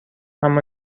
اما